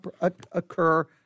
occur